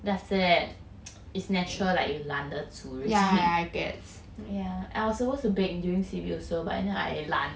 then after that it's natural like you 懒得煮 already yeah I was supposed to break during C_B but ended I 懒